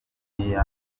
junior